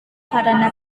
karena